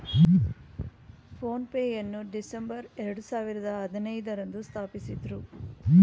phone pay ಯನ್ನು ಡಿಸೆಂಬರ್ ಎರಡು ಸಾವಿರದ ಹದಿನೈದು ರಂದು ಸ್ಥಾಪಿಸಿದ್ದ್ರು